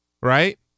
Right